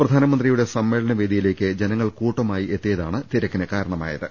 പ്രധാനമന്ത്രിയുടെ സമ്മേളന വേദിയിലേക്ക് ജനങ്ങൾ കൂട്ടമായി എത്തിയതാണ് തിരക്കിന് കാരണമായത്